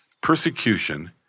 persecution